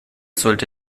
sollte